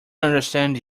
understand